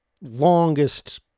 longest